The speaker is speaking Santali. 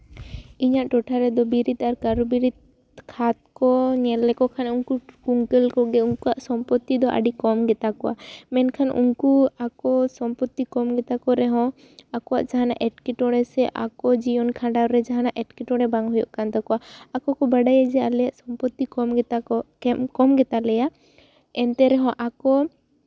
ᱤᱧᱟᱹᱜ ᱴᱚᱴᱷᱟ ᱨᱮᱫᱚ ᱵᱤᱨᱤᱫ ᱟᱨ ᱠᱟᱹᱨᱩ ᱵᱤᱨᱤᱫ ᱠᱷᱟᱫ ᱠᱚ ᱧᱮᱞ ᱞᱮᱠᱚ ᱠᱷᱟᱱ ᱩᱱᱠᱩ ᱠᱩᱝᱠᱟᱹᱝ ᱠᱚᱜᱮ ᱩᱱᱠᱩᱣᱟᱜ ᱥᱚᱢᱯᱚᱛᱛᱤ ᱫᱚ ᱟᱹᱰᱤ ᱠᱚᱢ ᱜᱮᱛᱟ ᱠᱚᱣᱟ ᱢᱮᱱᱠᱷᱟᱱ ᱩᱱᱠᱩ ᱟᱠᱚ ᱥᱚᱯᱢᱯᱛᱛᱤ ᱠᱚᱢ ᱜᱮᱛᱟ ᱠᱚ ᱨᱮᱦᱚᱸ ᱟᱠᱚᱣᱟᱜ ᱡᱟᱦᱟᱱᱟᱜ ᱮᱸᱴᱠᱮᱴᱚᱬᱮ ᱥᱮ ᱟᱠᱚ ᱡᱤᱭᱚᱱ ᱡᱤᱭᱚᱱ ᱠᱷᱟᱸᱰᱟᱣ ᱨᱮ ᱡᱟᱦᱟᱱᱟᱜ ᱮᱸᱴᱠᱮᱴᱚᱬᱮ ᱵᱟᱝ ᱦᱩᱭᱩᱜ ᱠᱟᱱ ᱛᱟᱠᱚᱣᱟ ᱟᱠᱚ ᱠᱚ ᱵᱟᱰᱟᱭᱟ ᱡᱮ ᱟᱞᱮ ᱥᱚᱢᱯᱚᱛᱛᱤ ᱠᱚᱢ ᱜᱮᱛᱟ ᱠᱚ ᱠᱚᱢ ᱜᱮᱛᱟ ᱞᱮᱭᱟ ᱮᱱᱛᱮ ᱨᱮᱦᱚᱸ ᱟᱠᱚ